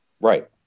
Right